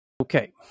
Okay